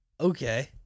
Okay